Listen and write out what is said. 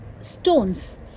stones